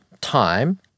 time